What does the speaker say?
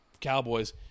Cowboys